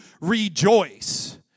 rejoice